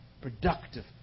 productive